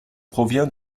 provient